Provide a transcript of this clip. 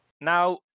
Now